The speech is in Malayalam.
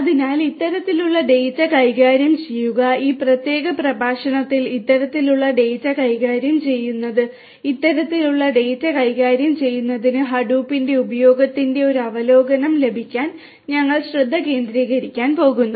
അതിനാൽ ഇത്തരത്തിലുള്ള ഡാറ്റ കൈകാര്യം ചെയ്യുക ഈ പ്രത്യേക പ്രഭാഷണത്തിൽ ഇത്തരത്തിലുള്ള ഡാറ്റ കൈകാര്യം ചെയ്യുന്നത് ഇത്തരത്തിലുള്ള ഡാറ്റ കൈകാര്യം ചെയ്യുന്നതിന് ഹഡൂപ്പിന്റെ ഉപയോഗത്തിന്റെ ഒരു അവലോകനം ലഭിക്കാൻ ഞങ്ങൾ ശ്രദ്ധ കേന്ദ്രീകരിക്കാൻ പോകുന്നു